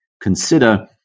consider